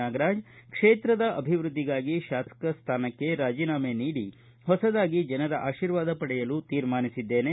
ನಾಗರಾಜ್ ಕ್ಷೇತ್ರದ ಅಭಿವೃದ್ದಿಗಾಗಿ ಶಾಸಕ ಸ್ಥಾನಕ್ಕೆ ರಾಜೀನಾಮೆ ನೀಡಿ ಹೊಸದಾಗಿ ಜನರ ಅತೀರ್ವಾದ ಪಡೆಯಲು ತೀರ್ಮಾನಿಸಿದ್ದೇನೆ